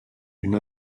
une